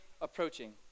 approaching